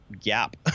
gap